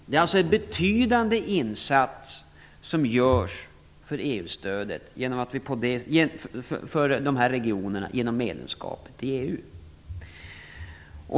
Det är alltså en betydande insats som görs för de här regionerna genom medlemskapet i EU.